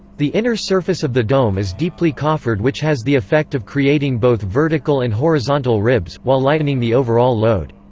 the inner surface of the dome is deeply coffered which has the effect of creating both vertical and horizontal ribs, while lightening the overall load.